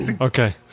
Okay